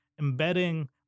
embedding